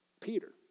Peter